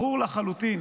ברור לחלוטין